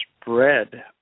spread